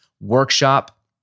workshop